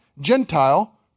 Gentile